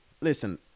listen